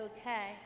okay